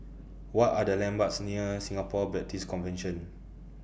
What Are The landmarks near Singapore Baptist Convention